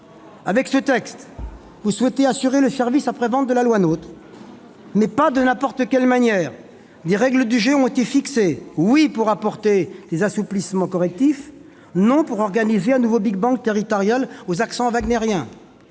Avec ce texte, vous souhaitez assurer le service après-vente de la loi NOTRe, mais pas de n'importe quelle manière. Des règles du jeu ont été fixées : oui à des assouplissements correctifs, non à un nouveau big-bang territorial aux accents wagnériens.